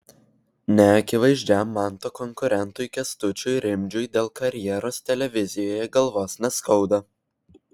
neakivaizdžiam manto konkurentui kęstučiui rimdžiui dėl karjeros televizijoje galvos neskauda